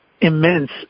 immense